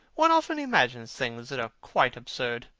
one often imagines things that are quite absurd.